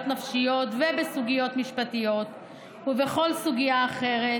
נפשיות ובסוגיות משפטיות ובכל סוגיה אחרת,